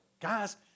Guys